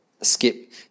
skip